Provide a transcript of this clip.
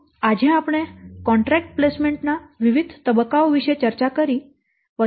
તો આજે આપણે કોન્ટ્રેક્ટ પ્લેસમેન્ટ ના વિવિધ તબક્કાઓ વિશે ચર્ચા કરી